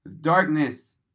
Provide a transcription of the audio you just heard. Darkness